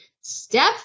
Step